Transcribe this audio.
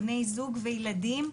בני זוג וילדים.